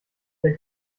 der